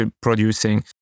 producing